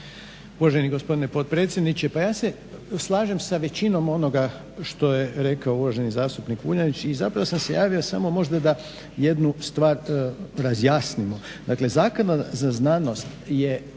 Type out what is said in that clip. Uvaženi gospodine potpredsjedniče. Pa ja se slažem sa većinom onoga što je rekao uvaženi zastupnik Vuljanić i zapravo sam se javio samo možda da jednu stvar razjasnimo. Dakle, zaklada za znanost je